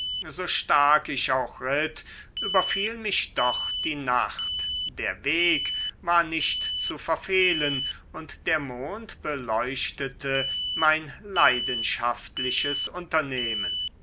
so stark ich auch ritt überfiel mich doch die nacht der weg war nicht zu verfehlen und der mond beleuchtete mein leidenschaftliches unternehmen